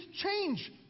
change